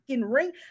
ring